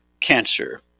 cancer